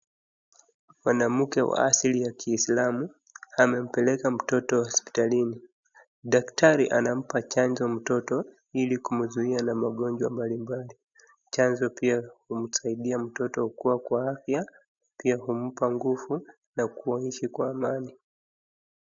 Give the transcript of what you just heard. Mwanamke wa asili ya kiislamu amempeleka mtoto hospitalini. Daktari anampa chanjo mtoto ili kumzuia na magonjwa mbalimbali. Chanjo pia humsaidia mtoto kuwa kwa afya, humpa nguvu na kuishi kwa amani.